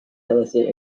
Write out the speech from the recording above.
illicit